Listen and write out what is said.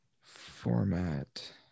format